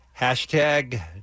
Hashtag